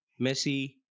Messi